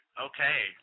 Okay